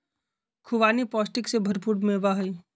खुबानी पौष्टिक से भरपूर मेवा हई